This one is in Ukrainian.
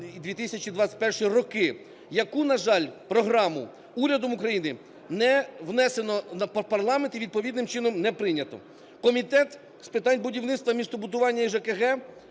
2017-2021 роки, яку, на жаль, програму, Урядом України не внесено в парламент і відповідним чином не прийнято. Комітет з питань будівництва, містобудування і ЖКХ